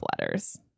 letters